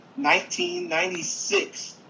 1996